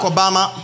Obama